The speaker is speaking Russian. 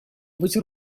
быть